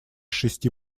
шести